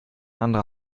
andere